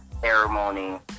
ceremony